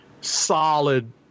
Solid